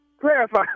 Clarify